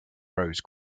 rose